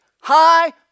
high